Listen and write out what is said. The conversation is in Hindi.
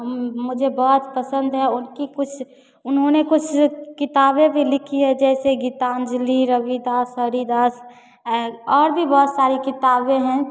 मुझे बहुत पसन्द है उनकी कुछ उन्होंने कुछ किताबें भी लिखी हैं जैसे गीतान्जलि रविदास हरिदास और भी बहुत सारी किताबें हैं